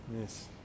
Yes